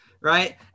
right